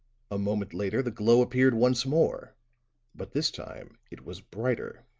a moment later the glow appeared once more but this time it was brighter.